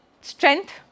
strength